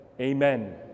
amen